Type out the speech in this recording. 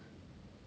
okay